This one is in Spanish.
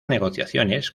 negociaciones